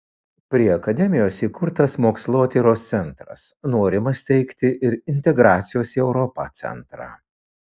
prie akademijos įkurtas mokslotyros centras norima steigti ir integracijos į europą centrą